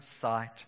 sight